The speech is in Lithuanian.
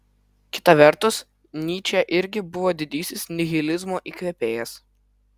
kita vertus nyčė irgi buvo didysis nihilizmo įkvėpėjas